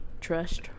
trust